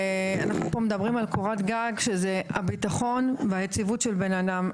אנחנו מדברים פה על קורת גג שזה הביטחון והיציבות של בן אדם.